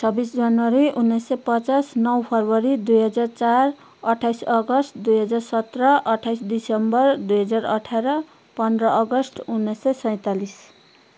छब्बिस जनवरी उन्नाइस सय पचास नौ फरवरी दुई हजार चार अट्ठाइस अगस्ट दुई हजार सत्र अट्ठाइस डिसम्बर दुई हजार अठार पन्ध्र अगस्ट उन्नाइस सय सैँतालिस